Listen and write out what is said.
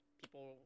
People